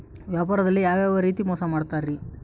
ವ್ಯಾಪಾರದಲ್ಲಿ ಯಾವ್ಯಾವ ರೇತಿ ಮೋಸ ಮಾಡ್ತಾರ್ರಿ?